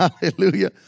Hallelujah